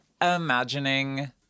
Imagining